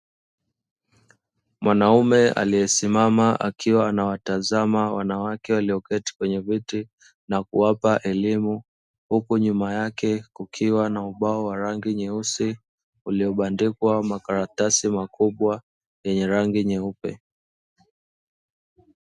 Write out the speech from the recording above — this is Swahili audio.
Mwanaume aliyesimama, akiwa anawatazama wanawake walioketi kwenye viti na kuwapa elimu, huku nyuma yake kukiwa na ubao wa rangi nyeusi uliobandikwa makaratasi makubwa yenye rangi nyeupe.